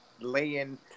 laying